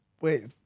wait